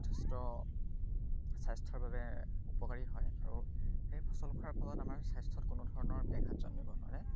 যথেষ্ট স্বাস্থ্যৰ বাবে উপকাৰী হয় আৰু সেই ফচল খোৱাৰ পিছত আমাৰ স্বাস্থ্যত কোনো ধৰণৰ ব্য়াঘাট জন্মিব নিৰ্ভৰে